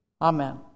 Amen